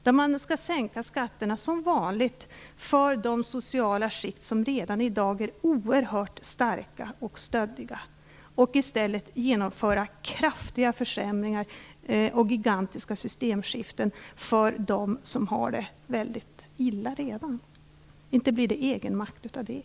Som vanligt skall skatter sänkas för de sociala skikt som redan i dag är oerhört starka och stöddiga och i stället skall kraftiga försämringar och gigantiska systemskiften genomföras för dem som redan har det väldigt illa ställt. Inte blir det någon egenmakt av det!